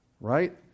right